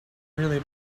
really